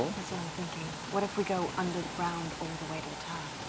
that's what i'm thinking. what if we go under the ground all the way to the tower?